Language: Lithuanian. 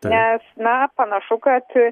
nes na panašu kad